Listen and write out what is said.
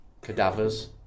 Cadavers